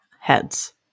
heads